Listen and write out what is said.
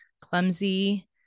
clumsy